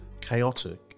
chaotic